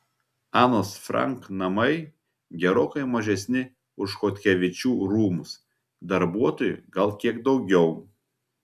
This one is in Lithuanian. anos frank namai gerokai mažesni už chodkevičių rūmus darbuotojų gal kiek daugiau